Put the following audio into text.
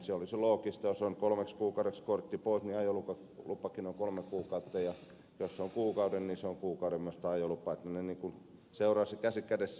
se olisi loogista että jos on kolmeksi kuukaudeksi kortti pois niin ajolupakin on kolme kuukautta ja jos se on kuukauden niin on kuukauden myös tämä ajolupa ne niin kuin seuraisivat käsi kädessä